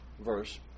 verse